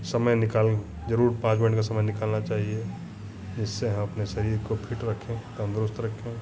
समय निकाल ज़रूर पाँच मिनट का समय निकालना चाहिए जिससे हम अपने शरीर को फ़िट रखें तंदुरुस्त रखें